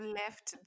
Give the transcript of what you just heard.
left